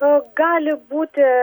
nu gali būti